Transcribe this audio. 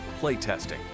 playtesting